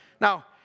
Now